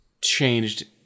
changed